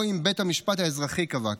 או אם בית המשפט האזרחי קבע כך.